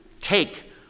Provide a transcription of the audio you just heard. take